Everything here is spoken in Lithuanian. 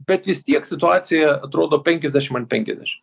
bet vis tiek situacija atrodo penkiasdešim ant penkiasdešim